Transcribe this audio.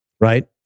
right